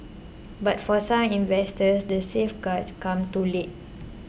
but for some investors the safeguards come too late